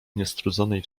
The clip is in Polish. niestrudzonej